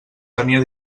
tenia